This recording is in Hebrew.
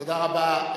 תודה רבה.